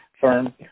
firm